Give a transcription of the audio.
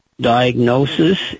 diagnosis